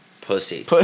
Pussy